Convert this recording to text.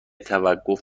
توقف